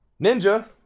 Ninja